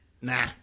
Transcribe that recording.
nah